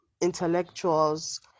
intellectuals